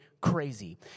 crazy